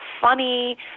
funny